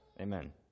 Amen